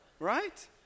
Right